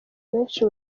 benshi